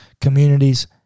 communities